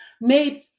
made